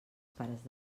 pares